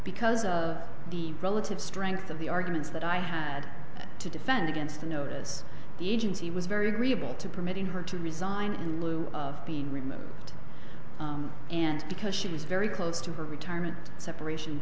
because of the relative strength of the arguments that i had to defend against a notice the agency was very agreeable to permitting her to resign in lieu of being removed because she was very close to her retirement separation